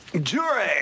Jury